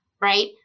Right